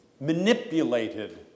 manipulated